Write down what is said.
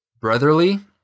brotherly